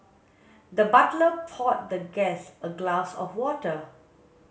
the butler poured the guest a glass of water